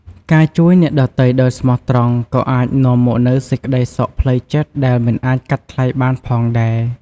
ការជួយអ្នកដទៃដោយស្មោះ ក៏អាចនាំមកនូវសេចក្ដីសុខផ្លូវចិត្តដែលមិនអាចកាត់ថ្លៃបានផងដែរ។